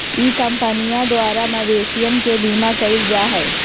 ई कंपनीया द्वारा मवेशियन के बीमा कइल जाहई